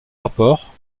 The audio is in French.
rapports